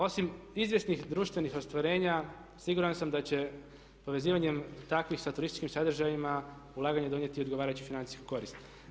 Osim izvjesnih društvenih ostvarenja siguran sam da će povezivanjem takvih sa turističkim sadržajima ulaganje donijeti odgovarajuću financijsku korist.